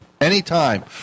anytime